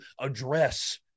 address